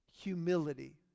Humility